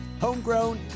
homegrown